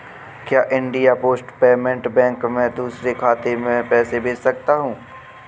क्या India post payment bank से दूसरे खाते में पैसे भेजे जा सकते हैं?